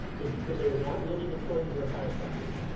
is because they were not living according to their highest values.